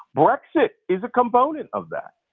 brexit is a component of that.